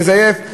מזייף,